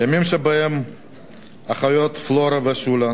ימים שבהם האחיות פלורה ושולה